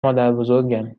مادربزرگم